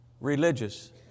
religious